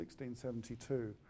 1672